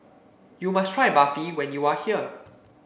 you must try Barfi when you are here